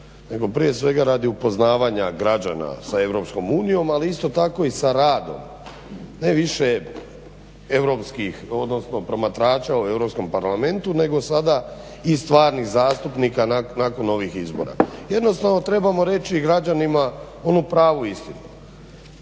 prije svega radi upoznavanja građana sa EU ali isto tako i sa radom ne više europskih odnosno promatrača o Europskom parlamentu nego sada i stvarnih zastupnika nakon ovih izbora. Jednostavno trebamo reći građanima onu pravu istinu.